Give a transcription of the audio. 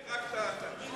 היא לא שר אוצר.